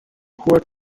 hoher